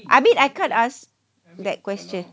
I mean I can't ask that question